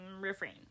refrain